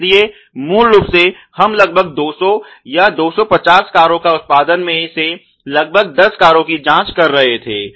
इसलिए मूल रूप से हम लगभग 200 या 250 कारों का उत्पादन में से लगभग 10 कारों की जाँच कर रहे थे